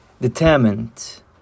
determined